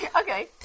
Okay